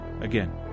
again